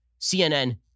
CNN